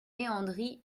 leandri